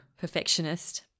perfectionist